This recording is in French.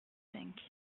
cinq